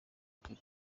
kure